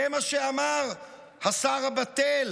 זה מה שאמר השר הבטל